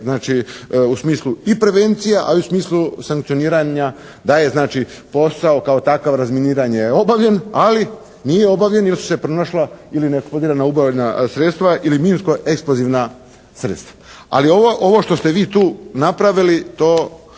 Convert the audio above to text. u smislu i prevencija, ali i u smislu sankcioniranja da je znači posao kao takav razminiranje je obavljen, ali nije obavljen jer su se pronašla ili neeksplodirana …/Govornik se ne razumije./… sredstva ili minsko-eksplozivna sredstva. Ali ovo što ste vi tu napravili, to